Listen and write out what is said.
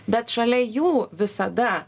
bet šalia jų visada